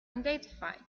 identified